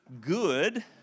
good